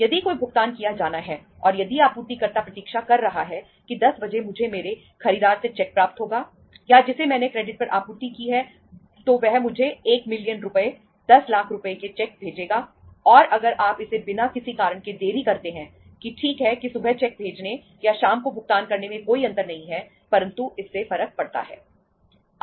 यदि कोई भुगतान किया जाना है और यदि आपूर्तिकर्ता प्रतीक्षा कर रहा है कि 10 बजे मुझे मेरे खरीदार से चेक प्राप्त होगा या जिसे मैंने क्रेडिट पर आपूर्ति की है तो वह मुझे 1 मिलियन रुपये 10 लाख रुपये के चेक भेजेगा और अगर आप इसे बिना किसी कारण के देरी करते हैं कि ठीक है कि सुबह चेक भेजने या शाम को भुगतान करने में कोई अंतर नहीं है परंतु इससे फर्क पड़ता है